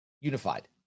unified